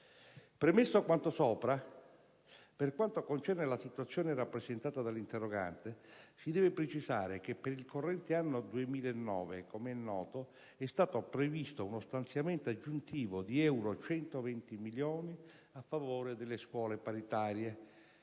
Premesso quanto sopra, per quanto concerne la situazione rappresentata dall'interrogante si deve precisare che per il corrente anno 2009, come è noto, è stato previsto uno stanziamento aggiuntivo di 120 milioni di euro a favore delle scuole paritarie.